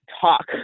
talk